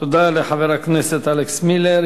תודה לחבר הכנסת אלכס מילר.